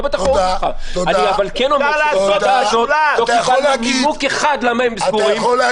הזאת לא קיבלנו נימוק אחד למה הם סגורים,